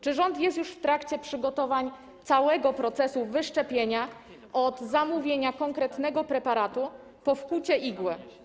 Czy rząd jest już w trakcie przygotowań całego procesu wyszczepienia, od zamówienia konkretnego preparatu po wkłucie igły?